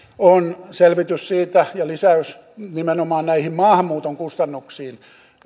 on selvitys siitä ja lisäys nimenomaan näihin maahanmuuton kustannuksiin